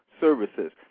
services